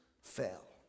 fell